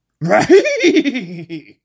Right